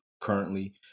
currently